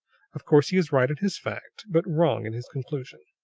of course, he is right in his fact but wrong in his conclusion.